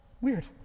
weird